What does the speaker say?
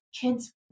kids